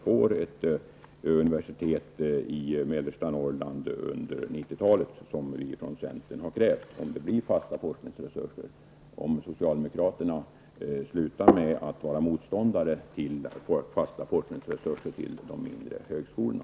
Norrland under 1990-talet, som vi från centern har krävt, och om det blir fasta forskningsresurser. Kommer socialdemokraterna att sluta vara motståndare till fasta forskningsresurser till de mindre högskolorna?